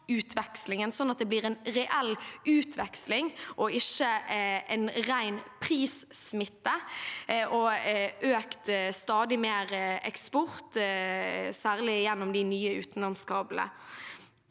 at det blir en reell utveksling, og ikke er en ren prissmitte og stadig mer eksport, særlig gjennom de nye utenlandskablene.